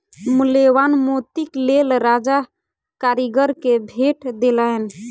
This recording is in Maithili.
मूल्यवान मोतीक लेल राजा कारीगर के भेट देलैन